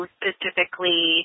specifically